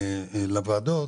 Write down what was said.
להיכנס לוועדות.